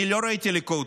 אני לא ראיתי ליכוד,